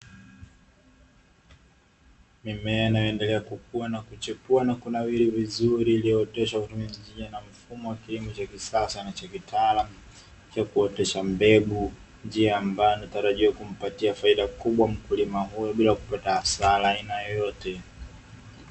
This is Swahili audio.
Mimea inayoendelea kukua na kuchipua na kunawiri vizuri; iliyooteshwa kwa kutumia njia na mfumo wa kilimo cha kisasa na cha kitaalamu cha kuotesha mbegu. Njia ambayo inatarijiwa kumpatia faida kubwa mkulima huyo bila kupata hasara ya aina yeyote.